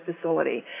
facility